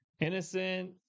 innocent